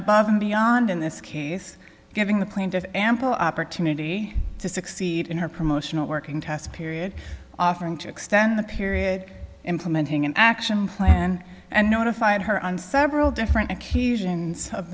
above and beyond in this case giving the plaintiff ample opportunity to succeed in her promotional working test period offering to extend the period implementing an action plan and notified her on several different occasions of